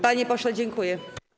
Panie pośle, dziękuję.